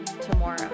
tomorrow